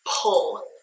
pull